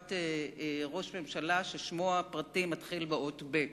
לטובת ראש ממשלה ששמו הפרטי מתחיל באות בי"ת,